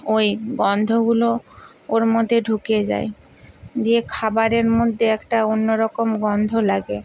ওই গন্ধগুলো ওর মধ্যে ঢুকে যায় দিয়ে খাবারের মধ্যে একটা অন্যরকম গন্ধ লাগে